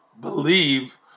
believe